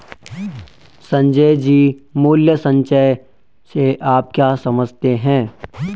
संजय जी, मूल्य संचय से आप क्या समझते हैं?